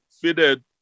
fitted